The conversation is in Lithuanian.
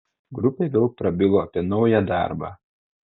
grupė vėl prabilo apie naują darbą